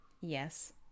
yes